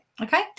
okay